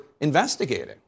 investigating